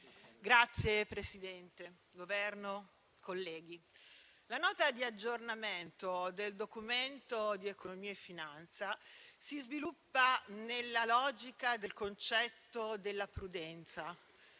Signor Presidente, Governo, colleghi, la Nota di aggiornamento al Documento di economia e finanza si sviluppa nella logica del concetto della prudenza,